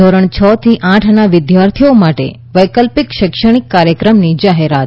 ધોરણ છ થી આઠના વિદ્યાર્થીઓ માટે વૈકલ્પિક શૈક્ષણિક કાર્યક્રમની જાહેરાત